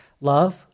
love